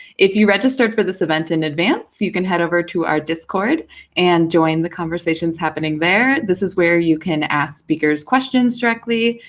if you registered for this event in advance, you can head over to our discord and join the conversations happening there. this is where you can ask speakers questions directly,